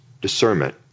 discernment